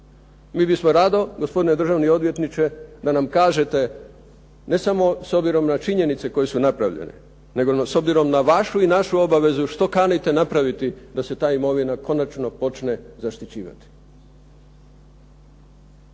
Mi bismo rado gospodine državni odvjetniče da nam kažete ne samo s obzirom na činjenice koje su napravljene, nego s obzirom na vašu i našu obavezu, što kanite napraviti da se ta imovina konačno počne zaštićivati.